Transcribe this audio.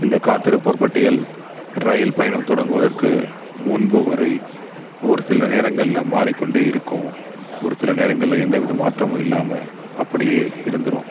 இந்த காத்திருப்போர் பட்டியல் ரயில் பயணம் தொடங்குவதற்கு முன்பு வரை ஒரு சில நேரங்களில் மாறிக்கொண்டே இருக்கும் ஒரு சில நேரங்களில் எந்த வித மாற்றமும் இல்லாமல் அப்படியே இருந்துடும்